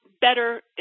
better